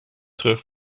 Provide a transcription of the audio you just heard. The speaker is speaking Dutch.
terug